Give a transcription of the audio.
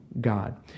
God